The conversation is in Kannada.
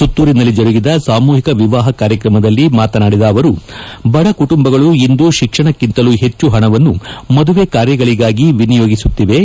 ಸುತ್ತೂರಿನಲ್ಲಿ ಜರುಗಿದ ಸಾಮೂಹಿಕ ವಿವಾಪ ಕಾರ್ಯಕ್ರಮದಲ್ಲಿ ಮಾತನಾಡಿದ ಅವರು ಬಡಕುಟುಂಬಗಳು ಇಂದು ಶಿಕ್ಷಣಕ್ಕಂತಲೂ ಹೆಚ್ಚು ಹಣವನ್ನು ಮದುವೆ ಕಾರ್ಯಗಳಿಗಾಗಿ ವಿನಿಯೋಗಿಸುತ್ತಿವೆ